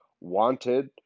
wanted